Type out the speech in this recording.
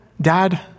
Dad